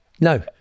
No